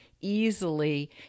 easily